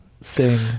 sing